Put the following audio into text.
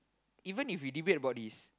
even if we debate about this